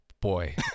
boy